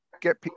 get